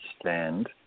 stand